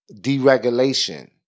deregulation